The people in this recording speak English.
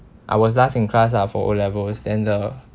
I was last in class ah for O levels then the